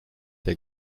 der